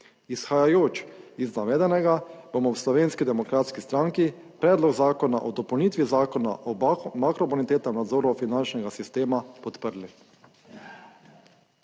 Izhajajoč iz navedenega bomo v Slovenski demokratski stranki Predlog zakona o dopolnitvi Zakona o makrobonitetnem nadzoru finančnega sistema podprli.